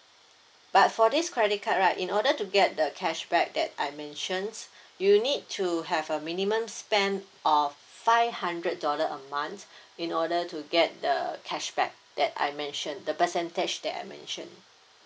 but for this credit card right in order to get the cashback that I mentions you need to have a minimum spend of f~ five hundred dollar a month in order to get the cashback that I mentioned the percentage that I mentioned